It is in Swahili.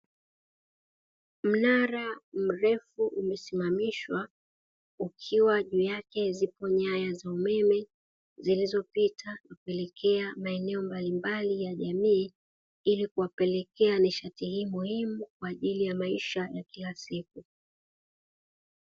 Mnara mrefu umesimamishwa ukiwa juu yake zipo nyaya za umeme zilizopita kuelekea maeneo mbalimbali ya jamii ili kuwapelekea nishati hii muhimu kwa ajili ya maisha ya kila siku.